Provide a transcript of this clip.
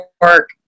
work